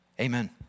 Amen